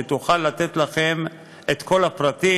שתוכל לתת לכם את כל הפרטים.